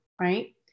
right